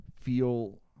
feel